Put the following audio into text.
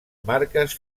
marques